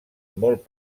molt